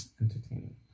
Entertaining